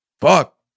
fuck